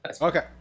Okay